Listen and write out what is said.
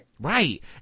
right